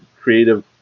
creative